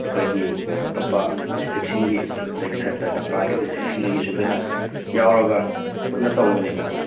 ꯑꯩꯈꯣꯏꯒꯤ ꯑꯇꯣꯞꯄ ꯗꯤꯁꯇ꯭ꯔꯤꯛꯁꯤꯡꯗꯒꯤ ꯍꯥꯏꯕ ꯇꯥꯔꯦ ꯇꯝꯄꯥꯛꯀꯤ ꯗꯤꯁꯇ꯭ꯔꯤꯛ ꯁꯤꯡꯗꯒꯤꯁꯨ ꯂꯣꯏꯅ ꯌꯥꯎꯔꯒ ꯄꯨꯟꯅ ꯇꯧꯕꯅꯦꯕꯀꯣ